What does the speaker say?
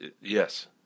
Yes